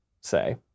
say